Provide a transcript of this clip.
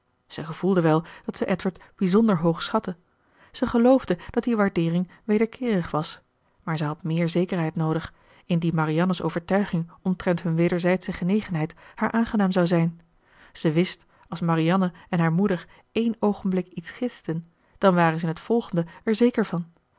zij gevoelde wel dat ze edward bijzonder hoog schatte ze geloofde dat die waardeering wederkeerig was maar zij had méér zekerheid noodig indien marianne's overtuiging omtrent hun wederzijdsche genegenheid haar aangenaam zou zijn ze wist als marianne en haar moeder één oogenblik iets gisten dan waren ze in t volgende er zeker van